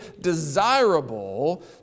desirable